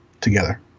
together